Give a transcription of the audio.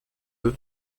eux